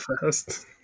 fast